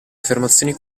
affermazioni